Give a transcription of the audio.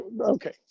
Okay